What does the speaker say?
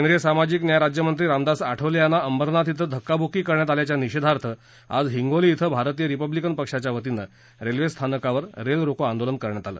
केंद्रीय सामाजिक न्याय राज्यमंत्री रामदास आठवले यांना अंबरनाथ क्वे धक्का ब्क्की करण्यात आल्याच्या निषेधार्थ आज हिंगोली िं भारतीय रिपब्लिकन पक्षाच्या वतीनं रेल्वे स्थानकावर रेल रोको आंदोलन करण्यात आलं